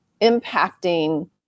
impacting